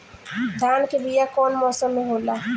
धान के बीया कौन मौसम में होला?